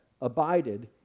abided